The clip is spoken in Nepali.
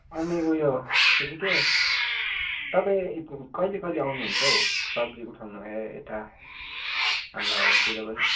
अनि उयो के पो त्यो तपाईँ कहिले कहिले आउनु हुन्छ हौ सब्जी उठाउन यता हाम्रोतिर पनि